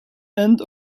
end